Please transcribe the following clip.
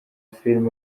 film